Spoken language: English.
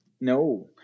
No